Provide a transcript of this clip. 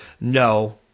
No